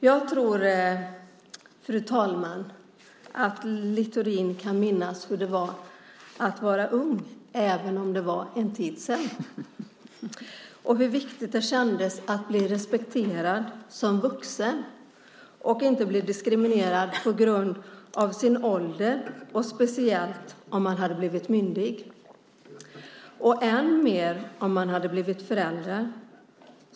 Jag tror att Sven Otto Littorin kan minnas hur det var att vara ung, även om det var en tid sedan, och hur viktigt det kändes att bli respekterad som vuxen och att inte bli diskriminerad på grund av sin ålder, speciellt om man hade blivit myndig och än mer om man hade blivit förälder.